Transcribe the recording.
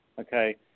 Okay